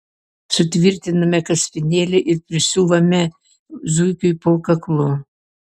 sutvirtiname kaspinėlį ir prisiuvame zuikiui po kaklu